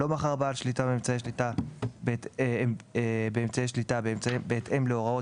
(ד) לא מכר בעל שליטה באמצעי השליטה בהתאם להוראות